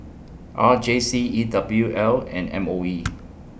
R J C E W L and M O E